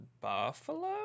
Buffalo